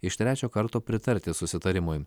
iš trečio karto pritarti susitarimui